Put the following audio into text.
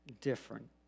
different